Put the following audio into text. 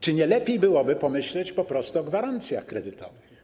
Czy nie lepiej byłoby pomyśleć po prostu o gwarancjach kredytowych?